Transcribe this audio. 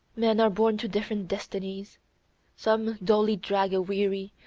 men are born to different destinies some dully drag a weary,